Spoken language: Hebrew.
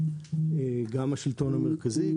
גם השלטון המרכזי,